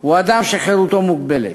הוא אדם שחירותו מוגבלת.